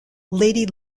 lady